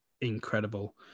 incredible